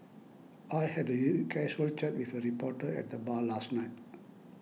I had you casual chat with a reporter at the bar last night